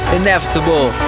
inevitable